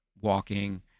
walking